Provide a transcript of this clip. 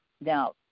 now